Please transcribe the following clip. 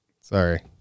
sorry